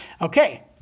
Okay